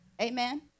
Amen